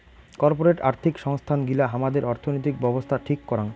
corporate আর্থিক সংস্থান গিলা হামাদের অর্থনৈতিক ব্যাবছস্থা ঠিক করাং